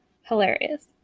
Hilarious